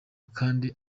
kandi